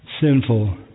sinful